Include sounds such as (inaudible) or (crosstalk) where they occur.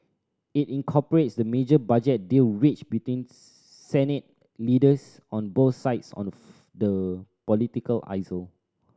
it incorporates the major budget deal reached between Senate leaders on both sides on the (unintelligible) the political aisle